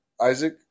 Isaac